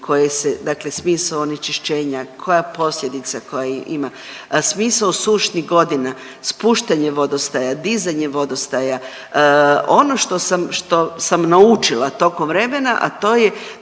dakle smisao onečišćenja koja posljedice koja ima, smisao sušnih godina, spuštanje vodostaja, dizanje vodostaja, ono što sam naučila tokom vremena, a to je